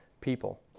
people